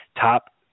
top